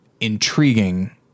intriguing